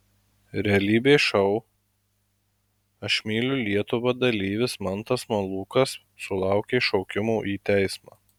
realybės šou aš myliu lietuvą dalyvis mantas malūkas sulaukė šaukimo į teismą